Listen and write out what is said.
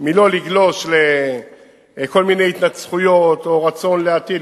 לגלוש לכל מיני התנצחויות או רצון להטיל,